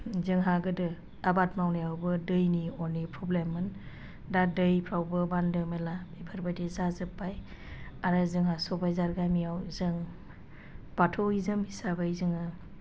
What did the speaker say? जोंहा गोदो आबाद मावनायावबो दैनि अनेख प्रब्लेममोन दा दैफ्रावबो बान्दो बेला बेफोरबायदि जाजोबबाय आरो जोंहा सबायझार गामियाव जों बाथौइजम हिसाबै जोङो